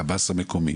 הקב״ס העירוני?